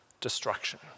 destruction